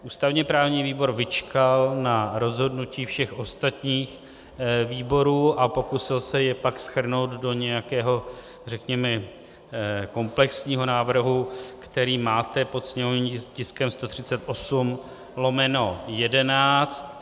Ústavněprávní výbor vyčkal na rozhodnutí všech ostatních výborů a pokusil se je pak shrnout do nějakého, řekněme, komplexního návrhu, který máte pod sněmovním tiskem 138/11.